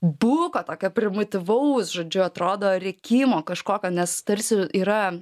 buko tokio primityvaus žodžiu atrodo rėkimo kažkokio nes tarsi yra